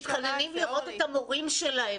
מתחננים לראות את המורים שלהם.